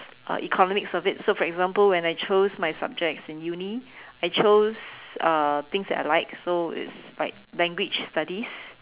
uh economics of it so for example when I chose my subjects in Uni I chose uh things that I like so it's like language studies